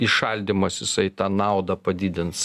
įšaldymas jisai tą naudą padidins